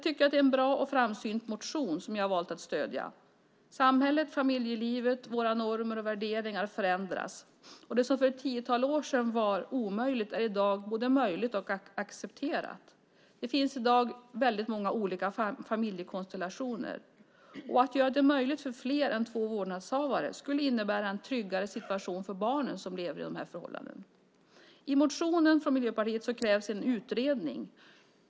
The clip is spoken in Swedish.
Det är en bra och framsynt motion, och vi har valt att stödja den. Samhället, familjelivet, våra normer och värderingar förändras. Det som för ett tiotal år sedan var omöjligt är i dag både möjligt och accepterat. Det finns i dag många olika familjekonstellationer. Att göra det möjligt för fler än två att vara vårdnadshavare skulle innebära en tryggare situation för barnen som lever i sådana förhållanden. I motionen från Miljöpartiet läggs fram krav på en utredning.